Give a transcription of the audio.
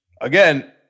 again